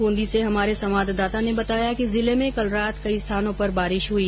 बृंदी से हमारे संवाददाता ने बताया कि जिले में कल रात कई स्थानों पर बारिश हुई